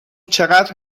چقدر